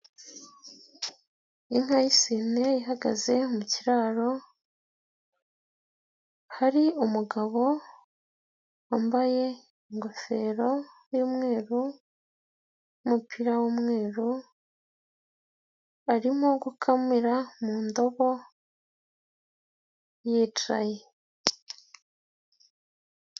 Inka y'isine ihagaze mu kiraro, hari umugabo wambaye ingofero y'umweru n'umupira w'umweru arimo gukamira mu ndobo yicaye.